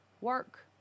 work